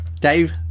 Dave